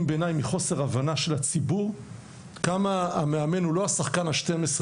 בעיניי מחוסר הבנה של הציבור כמה המאמן הוא לא השחקן השנים עשר,